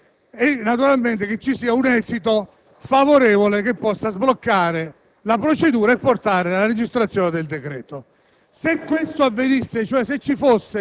studiate, analizzate e approfondite e che poi ci sia un esito favorevole che possa sbloccare la procedura e portare alla registrazione del decreto.